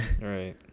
Right